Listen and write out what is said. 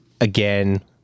again